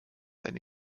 eine